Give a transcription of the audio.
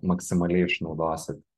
maksimaliai išnaudosi